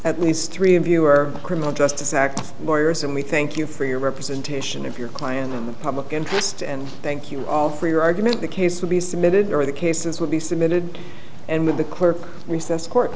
at least three of you are criminal justice act lawyers and we thank you for your representation of your client in the public interest and thank you all for your argument the case will be submitted over the cases will be submitted and with the clerk recess court